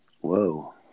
Whoa